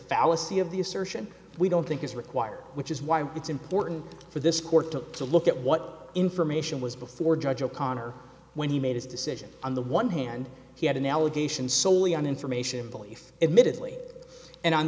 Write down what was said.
fallacy of the assertion we don't think is required which is why it's important for this court to to look at what information was before judge o'connor when he made his decision on the one hand he had an allegation solely on information belief admittedly and on